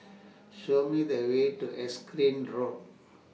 Show Me The Way to Erskine Road